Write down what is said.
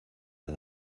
del